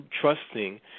trusting